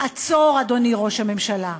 עצור, אדוני ראש הממשלה,